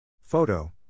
Photo